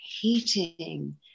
heating